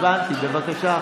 לא קראתי לך בריון.